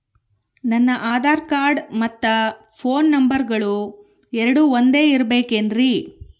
ನನ್ನ ಆಧಾರ್ ಕಾರ್ಡ್ ಮತ್ತ ಪೋನ್ ನಂಬರಗಳು ಎರಡು ಒಂದೆ ಇರಬೇಕಿನ್ರಿ?